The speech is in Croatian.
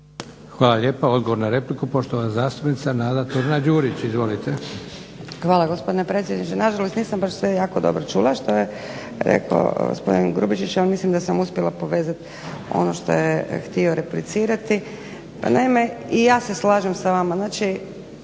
Hvala lijepa. I odgovor na repliku poštovana zastupnica Nada Turina Đurić. Izvolite. **Turina-Đurić, Nada (HNS)** Hvala lijepa gospodine predsjedniče. Nažalost nisam sve jako dobro čula što je rekao gospodin Grubišić ali mislim da sam uspjela povezati ono što je htio replicirati. Pa naime, i ja se slažem s vama.